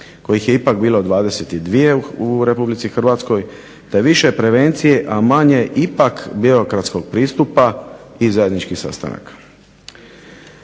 kojih je bilo 22 u Hrvatskoj, te više prevencije a manje ipak birokratskog pristupa i zajedničkih sastanaka.